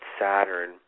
Saturn